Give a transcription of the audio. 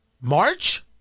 March